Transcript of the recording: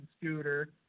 scooter